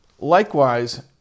Likewise